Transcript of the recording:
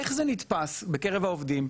איך זה נתפס בקרב העובדים,